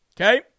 Okay